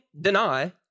deny